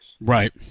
right